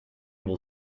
will